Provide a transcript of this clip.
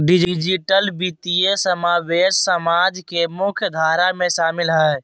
digital वित्तीय समावेश समाज के मुख्य धारा में शामिल हइ